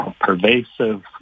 pervasive